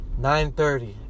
9.30